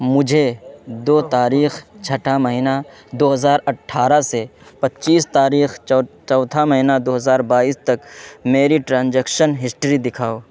مجھے دو تاریخ چھٹا مہینہ دو ہزار اٹھارہ سے پچیس تاریخ چوتھا مہینہ دو ہزار بائیس تک میری ٹرانزیکشن ہسٹری دکھاؤ